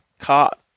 caught